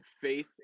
faith